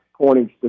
pointing